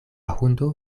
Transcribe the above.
hundo